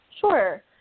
Sure